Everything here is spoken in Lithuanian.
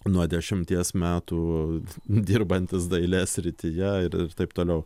nuo dešimties metų dirbantis dailės srityje ir ir taip toliau